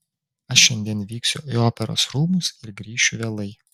aš šiandien vyksiu į operos rūmus ir grįšiu vėlai